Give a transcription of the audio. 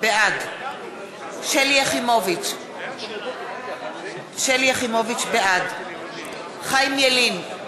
בעד שלי יחימוביץ, בעד חיים ילין,